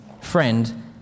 friend